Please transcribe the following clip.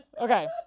Okay